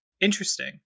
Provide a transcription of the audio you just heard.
interesting